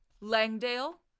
Langdale